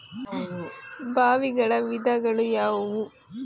ಬಾವಿಗಳ ವಿಧಗಳು ಯಾವುವು?